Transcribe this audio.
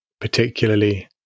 particularly